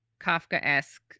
Kafka-esque